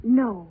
no